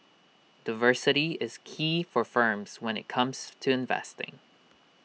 diversity is key for firms when IT comes to investing